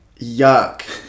Yuck